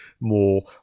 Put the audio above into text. more